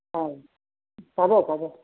হয় পাব পাব